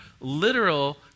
literal